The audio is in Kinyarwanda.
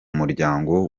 muryango